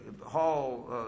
hall